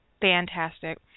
fantastic